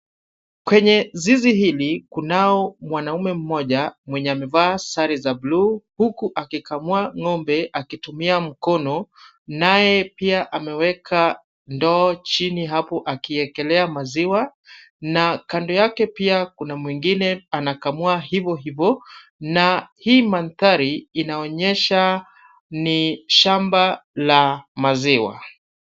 Kwenye zizi hili kunao mwanaume mmoja mwenye amevaa sare za bluu huku akikamua ng'ombe akitumia mkono naye pia ameweka ndoo chini hapo akiekelea maziwa na kando yake pia kuna mwingine anakamua hivohivo na hii mandhari inaonesha ni shamba la maziwa.